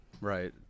Right